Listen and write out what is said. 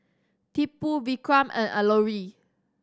Tipu Vikram and Alluri